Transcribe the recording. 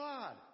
God